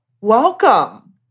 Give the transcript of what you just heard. welcome